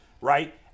Right